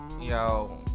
Yo